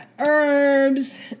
herbs